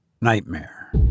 nightmare